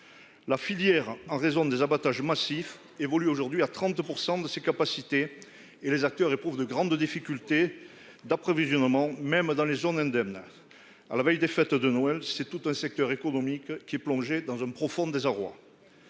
La filière en raison des abattages massifs évolue aujourd'hui à 30% de ses capacités et les acteurs éprouvent de grandes difficultés d'approvisionnement, même dans les zones indemnes. À la veille des fêtes de Noël, c'est tout un secteur économique qui est plongé dans un profond désarroi.